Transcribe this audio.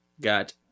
got